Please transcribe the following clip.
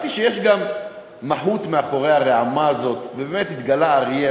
חשבתי שיש גם מהות מאחורי הרעמה הזאת ובאמת נתגלה אריה,